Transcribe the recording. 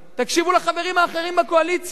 תקשיבו לחברים האחרים בקואליציה,